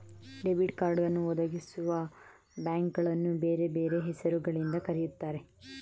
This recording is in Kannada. ಡೆಬಿಟ್ ಕಾರ್ಡನ್ನು ಒದಗಿಸುವಬ್ಯಾಂಕ್ಗಳನ್ನು ಬೇರೆ ಬೇರೆ ಹೆಸರು ಗಳಿಂದ ಕರೆಯುತ್ತಾರೆ